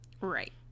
Right